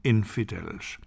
Infidels